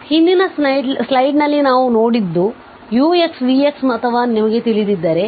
ಆದ್ದರಿಂದ ಹಿಂದಿನ ಸ್ಲೈಡ್ನಲ್ಲಿ ನಾವು ನೋಡಿದ್ದು ux vxಅಥವಾ ನಮಗೆ ತಿಳಿದಿದ್ದರೆ